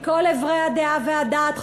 מכל עברי הדעה והדעת,